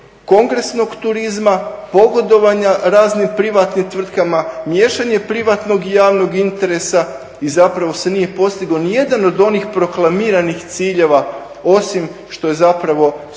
kongresnog turizma, pogodovanja raznim privatnim tvrtkama, miješanje privatnog i javnog interesa i zapravo se nije postigao nijedan od onih proklamiranih ciljeva osim što zapravo većina